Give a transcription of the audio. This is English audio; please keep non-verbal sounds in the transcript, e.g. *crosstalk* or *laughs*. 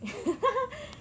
*laughs*